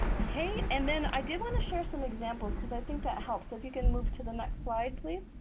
okay and then i did want to share some examples because i think that helps so if you can move to the next slide please.